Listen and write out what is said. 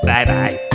Bye-bye